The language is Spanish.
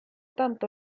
tanto